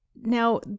Now